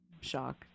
Shock